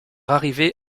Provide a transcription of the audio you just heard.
arrivée